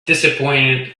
disappointed